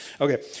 Okay